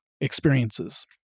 experiences